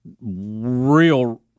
real